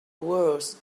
words